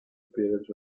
appearance